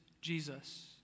Jesus